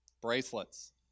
bracelets